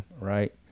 Right